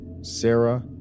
Sarah